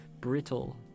brittle